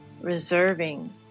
reserving